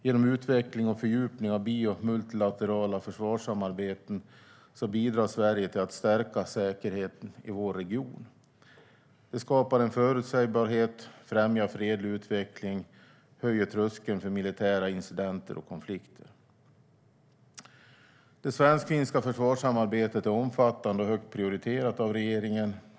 Genom utveckling och fördjupning av bi och multilaterala försvarssamarbeten bidrar Sverige till att stärka säkerheten i vår region. Det skapar en förutsägbarhet, främjar fredlig utveckling och höjer tröskeln för militära incidenter och konflikter. Det svensk-finska försvarssamarbetet är omfattande och högt prioriterat av regeringen.